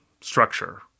structure